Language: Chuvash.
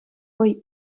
вӑй